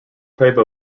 type